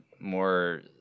more